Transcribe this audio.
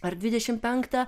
ar dvidešimt penktą